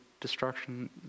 destruction